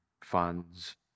funds